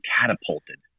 catapulted